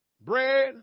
bread